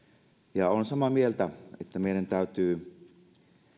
ja olen samaa mieltä että meidän täytyy